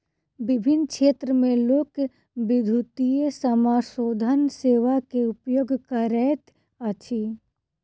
विभिन्न क्षेत्र में लोक, विद्युतीय समाशोधन सेवा के उपयोग करैत अछि